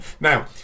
Now